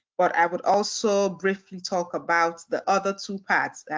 but i will also briefly talk about the other two parts.